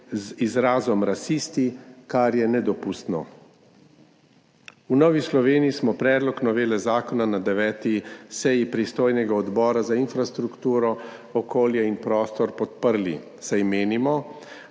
z izrazom rasisti, kar je nedopustno. V Novi Sloveniji smo predlog novele zakona na 9. seji pristojnega odbora, Odbora za infrastrukturo, okolje in prostor, podprli, saj menimo,